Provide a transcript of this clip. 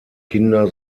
kinder